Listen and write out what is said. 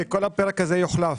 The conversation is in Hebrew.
כל הפרק הזה יוחלף.